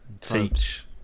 Teach